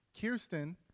Kirsten